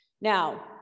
Now